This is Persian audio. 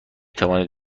توانید